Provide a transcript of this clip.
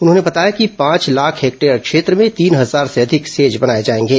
उन्होंने बताया कि पांच लाख हेक्टेयर क्षेत्र में तीन हजार से अधिक सेज बनाए जाएंगे